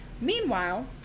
meanwhile